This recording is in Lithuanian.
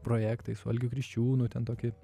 projektai su algiu kriščiūnu ten tokie